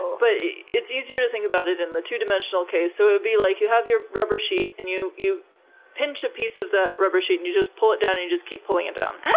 but it's easier to think about it in the two-dimensional case. so it would be like you have your rubber sheet and you you pinch a piece of that rubber sheet, and you just pull it down, and just keep pulling it down.